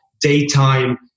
daytime